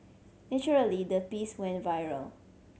naturally the piece went viral